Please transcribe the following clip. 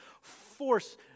force